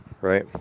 Right